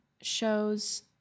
shows